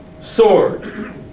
sword